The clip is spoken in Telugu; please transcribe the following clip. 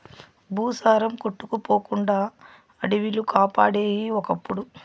భూసారం కొట్టుకుపోకుండా అడివిలు కాపాడేయి ఒకప్పుడు